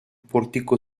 pórtico